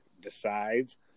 decides